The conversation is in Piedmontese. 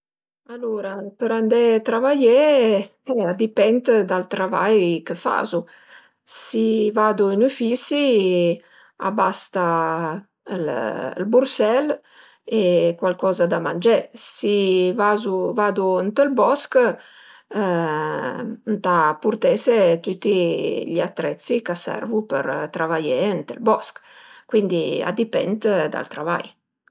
Alura për andé travaié e a dipend dal travai che fazu. Si vadu ën üfisi a basta ël bursèl e cualcoza da mangé, si vazu vadu ënt ël bosch ëntà purtese tüti gli attrezzi che'a servu për travaié ënt ël bosch, cuindi a dipend dal travai